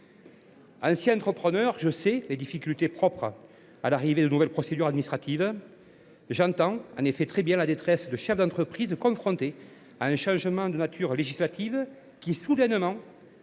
Ancien entrepreneur, je connais les difficultés propres à l’arrivée de nouvelles procédures administratives. J’entends bien la détresse de chefs d’entreprise confrontés à un changement de nature législative qui, soudainement,